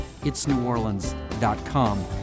itsneworleans.com